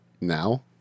now